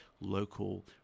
local